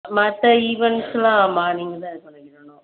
மற்ற ஈவெண்ட்ஸ்லாம் ஆமாம் நீங்கள் தான் இது பண்ணி விடணும்